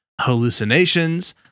hallucinations